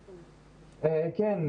כן.